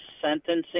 sentencing